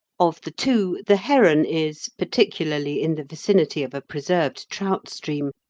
of the two the heron is, particularly in the vicinity of a preserved trout stream,